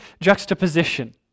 juxtaposition